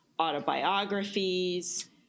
autobiographies